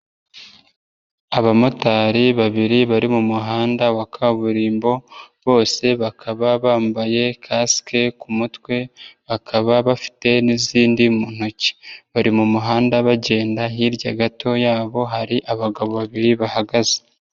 Abamotari babiri bari mu muhanda wa kaburimbo bose bakaba bambaye kasike ku mutwe bakaba bafite n'izindi mu ntoki, bari mu muhanda bagenda hirya gato yabo hari abagabo babiri bahagaze.